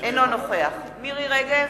אינו נוכח מירי רגב,